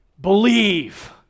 believe